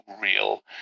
real